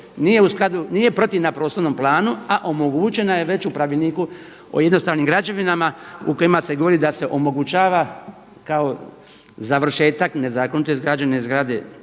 nije protivna prostornom planu, a omogućena je već u Pravilniku o jednostavnim građevinama u kojima se govori da se omogućava kao završetak nezakonito izgrađene zgrade